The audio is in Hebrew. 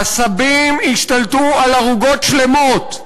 העשבים השתלטו על ערוגות שלמות,